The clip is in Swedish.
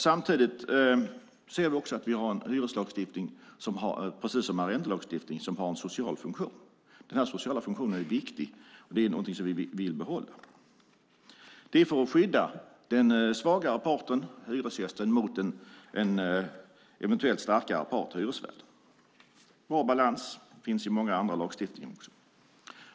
Samtidigt ser vi att hyreslagstiftningen precis som arrendelagstiftningen har en social funktion. Den är viktig och är något som vi vill behålla. Det är för att skydda den svagare parten, hyresgästen, mot en eventuellt starkare part, hyresvärden. Det handlar om bra balans och finns i många andra lagstiftningar.